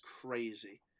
crazy